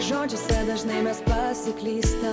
žodžiais dažnai mes pasiklysta